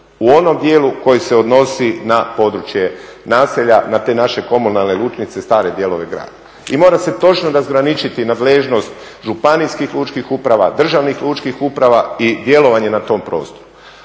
u onom dijelu koje se odnosi na područje naselja, na te naše komunalne lučnice, stare dijelove grada. I mora se točno razgraničiti nadležnost županijskih lučkih uprava, državnih lučkih uprava i djelovanje na tom prostoru,